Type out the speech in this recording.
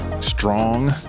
strong